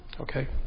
Okay